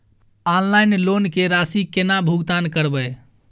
Online loan के राशि केना भुगतान करबे?